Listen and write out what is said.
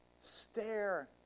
stare